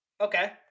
Okay